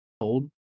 Old